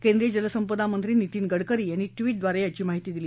केंद्रीय जलसंपदा मंत्री नितीन गडकरी यांनी व्वी उवर यांची माहिती दिली